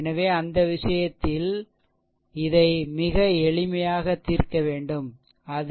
எனவே அந்த விஷயத்தில்எனவே இதை மிக எளிமையாக தீர்க்க வேண்டும் அது